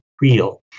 real